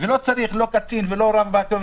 ולא צריך לא קצין ולא רב פקד,